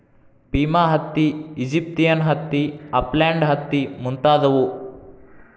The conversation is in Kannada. ಪಿಮಾ ಹತ್ತಿ, ಈಜಿಪ್ತಿಯನ್ ಹತ್ತಿ, ಅಪ್ಲ್ಯಾಂಡ ಹತ್ತಿ ಮುಂತಾದವು